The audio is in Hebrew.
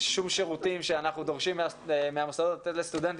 שום שירותים שאנחנו דורשים מהמוסדות לתת לסטודנטים